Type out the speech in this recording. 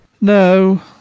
No